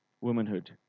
womanhood